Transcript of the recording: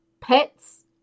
pets